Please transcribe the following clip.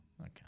Okay